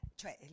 cioè